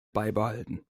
beibehalten